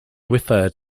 referred